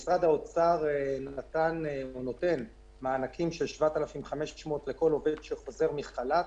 משרד האוצר נתן או נותן מענקים של 7,500 לכל עובד שחוזר מחל"ת.